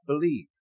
believe